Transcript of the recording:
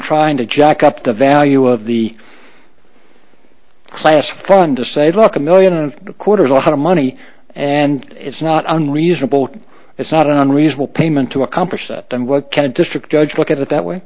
trying to jack up the value of the class fund to say look a million and a quarter is a lot of money and it's not unreasonable it's not an unreasonable payment to accomplish that then what can a district judge look at that way